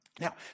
now